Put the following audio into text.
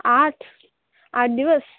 आठ आठ दिवस